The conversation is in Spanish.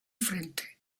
frente